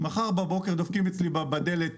מחר בבוקר יאח"ה דופקים אצלי בדלת.